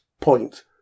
point